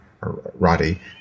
Roddy